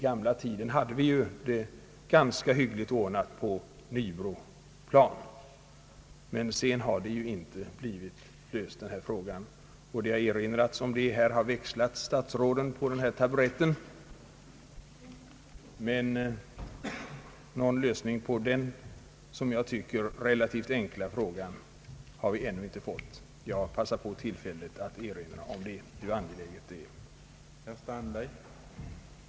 Förr var det ganska hyggligt ordnat med en terminal vid Nybroplan, men sedan den drogs in har frågan förblivit olöst. Trots upprepade erinringar här i kam maren — statsråden har ju växlat på taburetten — har vi inte fått någon lösning av denna som jag tycker relativt enkla fråga. Jag har därför nu velat begagna tillfället att erinra om hur angelägen en sådan lösning är.